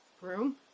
room